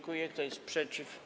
Kto jest przeciw?